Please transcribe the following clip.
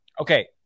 okay